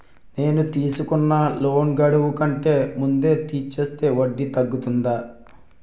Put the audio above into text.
నేను తీసుకున్న లోన్ గడువు కంటే ముందే తీర్చేస్తే వడ్డీ తగ్గుతుందా?